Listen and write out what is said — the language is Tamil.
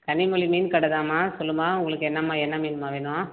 கனிமொழி மீன் கடைதாம்மா சொல்லும்மா உங்களுக்கு என்னம்மா என்ன மீன்ம்மா வேணும்